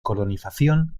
colonización